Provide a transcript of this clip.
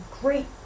great